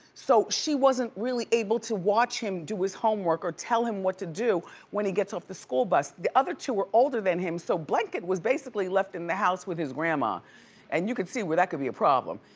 so she wasn't really able to watch him do his homework or tell him what to do when he gets off the school bus. the other two were older than him. so blanket was basically left in the house with his grandma and you can see where that could be a problem.